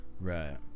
Right